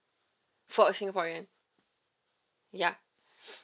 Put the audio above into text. for a singaporean ya